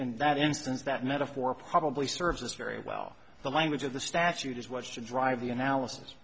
in that instance that metaphor probably serves us very well the language of the statute is what's to drive the analysis